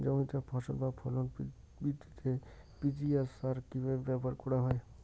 জমিতে ফসল বা ফলন বৃদ্ধিতে পি.জি.আর সার কীভাবে ব্যবহার করা হয়?